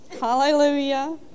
Hallelujah